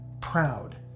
proud